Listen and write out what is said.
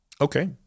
Okay